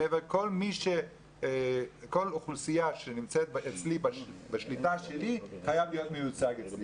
גבר כל אוכלוסייה שנמצאת בשליטה שלי חייבת להיות מיוצגת.